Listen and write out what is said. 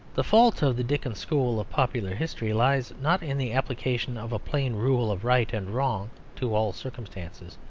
the fault of the dickens school of popular history lies, not in the application of a plain rule of right and wrong to all circumstances,